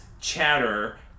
chatter